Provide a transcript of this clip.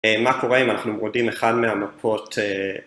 מה קורה אם אנחנו מורידים אחד מהמפות